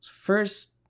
First